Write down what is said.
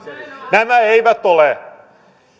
nämä eivät ole